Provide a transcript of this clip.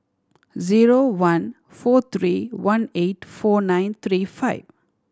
zero one four three one eight four nine three five